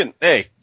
Hey